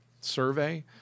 survey